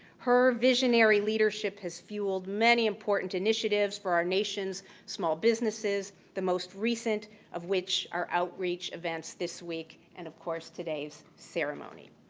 her visionary leadership has fueled many important initiatives for our nation's small businesses, the most recent of which are outreach events this week and of course, today's ceremony.